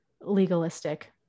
legalistic